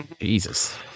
Jesus